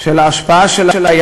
זהו מהלך טבעי, זוהי